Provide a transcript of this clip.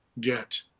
get